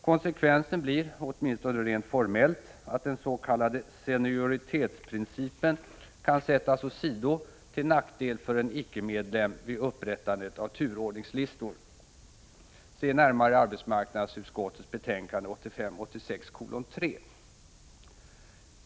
Konsekvensen blir, åtminstone rent formellt, att den s.k. senioritetsprincipen kan sättas åsido till nackdel för en icke-medlem vid upprättandet av turordningslistor — se närmare arbetsmarknadsutskottets betänkande 1985/86:3.